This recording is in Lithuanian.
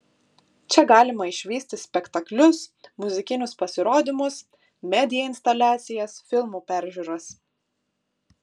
čia galima išvysti spektaklius muzikinius pasirodymus media instaliacijas filmų peržiūras